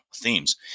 themes